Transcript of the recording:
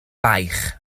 baich